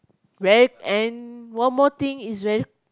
very and one more thing is very